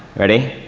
ready?